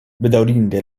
bedaŭrinde